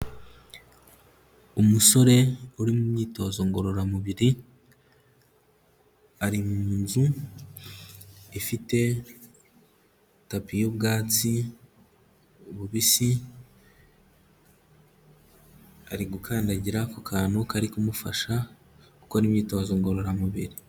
Umusore uri mu myitozo ngororamubiri ari mu nzu ifite tapi y'ubwatsi bubisi, ari gukandagira ku kantu kari kumufasha gukora imyitozo ngororamubiri.